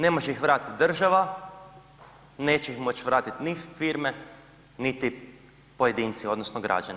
Ne može ih vratit država, neće ih moć vratit ni firme, niti pojedinci odnosno građani.